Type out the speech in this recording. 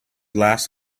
last